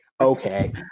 okay